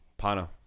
Pano